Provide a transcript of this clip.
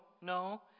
no